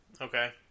Okay